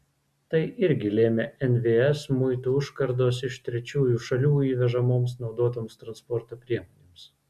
tai irgi lėmė nvs muitų užkardos iš trečiųjų šalių įvežamoms naudotoms transporto priemonėms